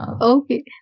Okay